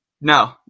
No